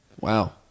Wow